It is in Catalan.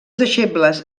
deixebles